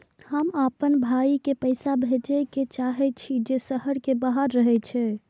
हम आपन भाई के पैसा भेजे के चाहि छी जे शहर के बाहर रहे छै